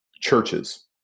churches